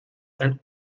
ein